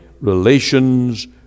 relations